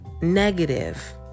negative